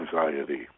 anxiety